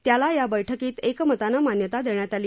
त्याला या बैठकीत एकमतानं मान्यता देण्यात आली